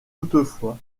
toutefois